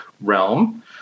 realm